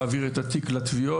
להעביר את התיק לתביעות,